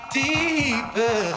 deeper